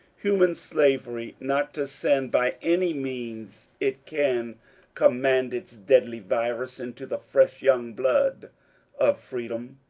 human slavery, not to send by any means it can command its deadly virus into the fresh young blood of freedom.